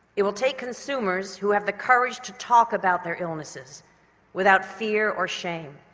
it will take consumers who have the courage to talk about their illnesses without fear or shame,